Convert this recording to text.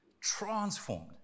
transformed